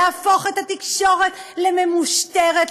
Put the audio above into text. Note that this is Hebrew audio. להפוך את התקשורת לממושטרת,